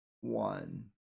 one